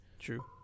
True